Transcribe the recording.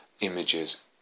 images